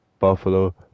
Buffalo